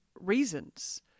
reasons